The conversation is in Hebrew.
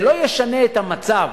זה לא ישנה את המצב.